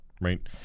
right